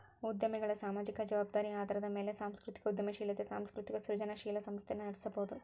ಉದ್ಯಮಿಗಳ ಸಾಮಾಜಿಕ ಜವಾಬ್ದಾರಿ ಆಧಾರದ ಮ್ಯಾಲೆ ಸಾಂಸ್ಕೃತಿಕ ಉದ್ಯಮಶೇಲತೆ ಸಾಂಸ್ಕೃತಿಕ ಸೃಜನಶೇಲ ಸಂಸ್ಥೆನ ನಡಸಬೋದು